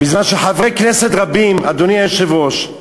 בזמן שחברי כנסת רבים, אדוני היושב-ראש,